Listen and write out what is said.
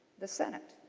the senate.